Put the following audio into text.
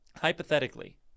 hypothetically